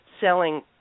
selling